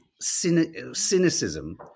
cynicism